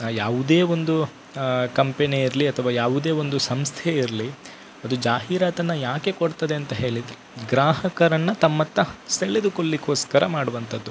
ಯಾವುದೇ ಒಂದು ಕಂಪೆನಿ ಇರಲಿ ಅಥವಾ ಯಾವುದೇ ಒಂದು ಸಂಸ್ಥೆ ಇರಲಿ ಅದು ಜಾಹೀರಾತನ್ನು ಯಾಕೆ ಕೊಡ್ತದೆ ಅಂತ ಹೇಳಿ ಗ್ರಾಹಕರನ್ನು ತಮ್ಮತ್ತ ಸೆಳೆದುಕೊಳ್ಲಿಕೋಸ್ಕರ ಮಾಡುವಂಥದ್ದು